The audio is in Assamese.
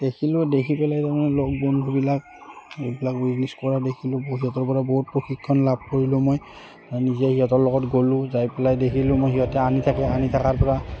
দেখিলোঁ দেখি পেলাই তাৰমানে লগৰ বন্ধুবিলাক এইবিলাক বিজনেছ কৰা দেখিলোঁ সিহঁতৰপৰা বহুত প্ৰশিক্ষণ লাভ কৰিলোঁ মই নিজে সিহঁতৰ লগত গ'লোঁ যাই পেলাই দেখিলোঁ মই সিহঁতে আনি থাকে আনি থকাৰপৰা